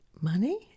money